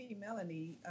Melanie